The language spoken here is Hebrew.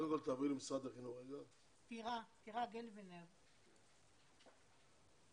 דסטה גדי יברקן: